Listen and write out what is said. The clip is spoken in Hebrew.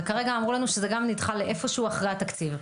וכרגע אמרו לנו שזה גם נדחה לאיפשהו אחרי התקציב.